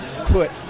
put